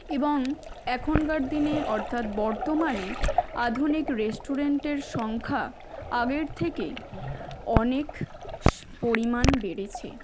এবং এখনকার দিনে অর্থাৎ বর্তমানে আধুনিক রেস্টুরেন্টের সংখ্যা আগের থেকে অনেক পরিমাণ বেড়েছে